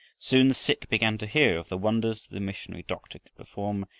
soon the sick began to hear of the wonders the missionary doctor could perform,